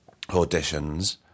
auditions